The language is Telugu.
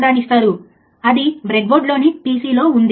మనం కొలవవలసినది ఏమిటి